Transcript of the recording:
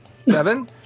Seven